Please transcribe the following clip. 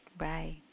Right